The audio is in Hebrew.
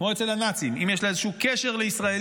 כמו אצל הנאצים, אם יש לזה איזשהו קשר לישראלי,